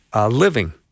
Living